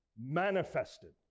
manifested